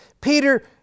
Peter